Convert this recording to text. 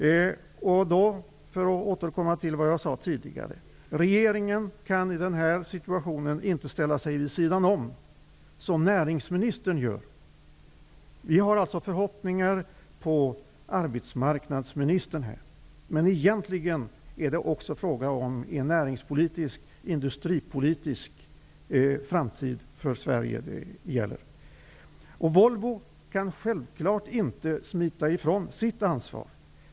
Jag återkommer till det jag sade tidigare. Regeringen kan i den här situationen inte ställa sig vid sidan om så som näringsministern gör. Vi har förhoppningar på arbetsmarknadsministern. Men egentligen är det fråga om en närings och industripolitisk framtid för Sverige. Volvo kan självfallet inte smita ifrån sitt ansvar.